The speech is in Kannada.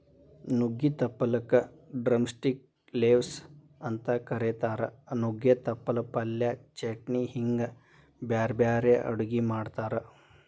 ನುಗ್ಗಿ ತಪ್ಪಲಕ ಡ್ರಮಸ್ಟಿಕ್ ಲೇವ್ಸ್ ಅಂತ ಕರೇತಾರ, ನುಗ್ಗೆ ತಪ್ಪಲ ಪಲ್ಯ, ಚಟ್ನಿ ಹಿಂಗ್ ಬ್ಯಾರ್ಬ್ಯಾರೇ ಅಡುಗಿ ಮಾಡ್ತಾರ